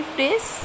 days